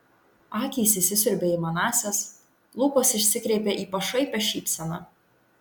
akys įsisiurbė į manąsias lūpos išsikreipė į pašaipią šypseną